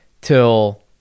till